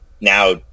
Now